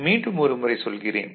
மீண்டும் ஒரு முறை சொல்கிறேன்